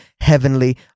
heavenly